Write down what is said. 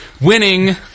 Winning